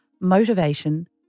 motivation